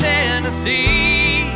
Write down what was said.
Tennessee